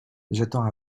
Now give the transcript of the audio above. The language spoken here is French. j’attends